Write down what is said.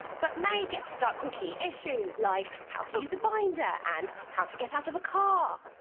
but may gets stuck on key issues, like how to use a binder and how to get out of a car.